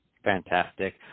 fantastic